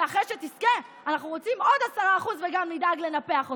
ואחרי שתזכה אנחנו רוצים עוד 10% וגם נדאג לנפח אותו.